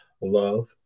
love